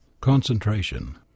Concentration